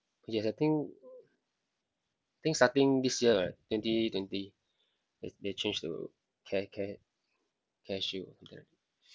yes I think think starting this year right twenty twenty they they change to care care careshield